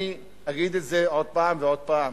אני אגיד את זה עוד פעם ועוד פעם,